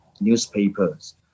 newspapers